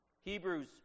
Hebrews